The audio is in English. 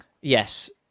Yes